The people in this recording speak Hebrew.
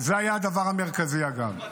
זה היה הדבר המרכזי, אגב.